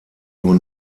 nur